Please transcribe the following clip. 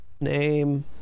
name